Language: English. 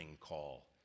call